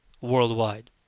worldwide